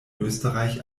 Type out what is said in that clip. österreich